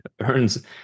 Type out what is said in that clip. Earns